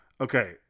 Okay